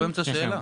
הוא באמצע השאלה.